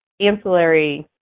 ancillary